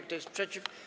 Kto jest przeciw?